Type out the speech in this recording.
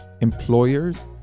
employers